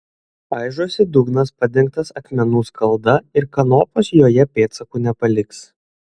aižosi dugnas padengtas akmenų skalda ir kanopos joje pėdsakų nepaliks